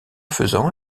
faisant